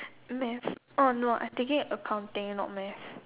math oh no I taking accounting not math